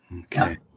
Okay